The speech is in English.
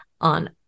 on